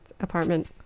apartment